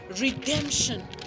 redemption